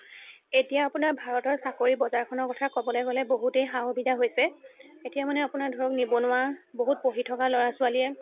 এতিয়া আপোনাৰ ভাৰতৰ চাকৰিৰ বজাৰখনৰ কথা ক'বলৈ গ'লে বহুতেই সা সুবিধা হৈছে এতিয়া মানে আপোনাৰ ধৰক নিবনুৱা বহুত পঢ়ি থকা ল'ৰা ছোৱালীয়ে